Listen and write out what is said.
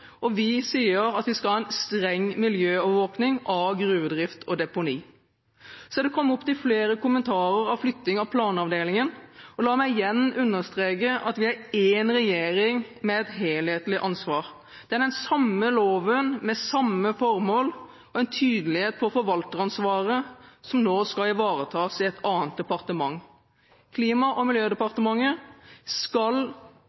og vi sier at vi skal ha en streng miljøovervåkning av gruvedrift og deponi. Og så er det kommet opptil flere kommentarer til flytting av planavdelingen. La meg igjen understreke at vi er én regjering med et helhetlig ansvar. Det er den samme loven med samme formål og en tydelighet på forvalteransvaret som nå skal ivaretas i et annet departement. Klima- og